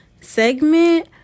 segment